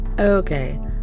Okay